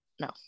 no